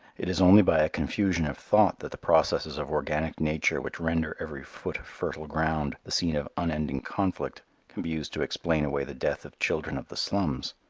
it is only by a confusion of thought that the processes of organic nature which render every foot of fertile ground the scene of unending conflict can be used to explain away the death of children of the slums.